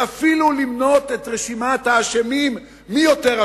ואפילו למנות את רשימת האשמים, מי יותר אשם.